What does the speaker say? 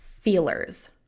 feelers